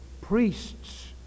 priests